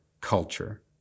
culture